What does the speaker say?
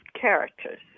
characters